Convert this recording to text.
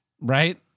Right